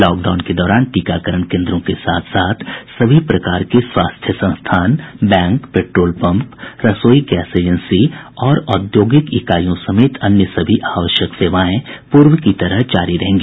lockdown के दौरान टीकाकरण केन्द्रों के साथ साथ सभी प्रकार के स्वास्थ्य संस्थान बैंक पेट्रोल पंप रसोई गैस एजेंसी और औद्योगिक इकाईयों समेत अन्य सभी आवश्यक सेवाएं पूर्व की तरह जारी रहेंगी